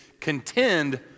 contend